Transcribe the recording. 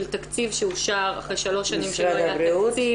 של תקציב שאושר אחרי שלוש שנים שלא היה תקציב